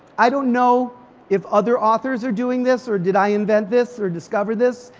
i don't know if other authors are doing this or did i invent this or discover this?